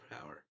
power